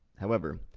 however,